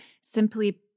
simply